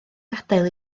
gadael